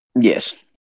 Yes